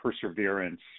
perseverance